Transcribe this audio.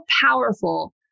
powerful